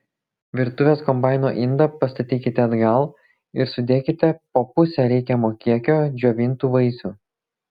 virtuvės kombaino indą pastatykite atgal ir sudėkite po pusę reikiamo kiekio džiovintų vaisių